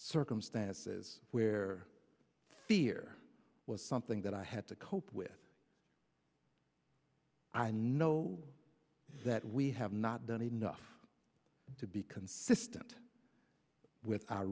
circumstances where fear was something that i had to cope with i know that we have not done enough to be consistent with our